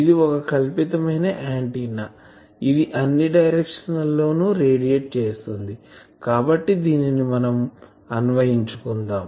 ఇది ఒక కల్పితమైన ఆంటిన్నా ఇది అన్ని డైరెక్షన్ ల లో రేడియేట్ చేస్తుంది కాబట్టి దీనిని మనం అన్వయించుకుందాం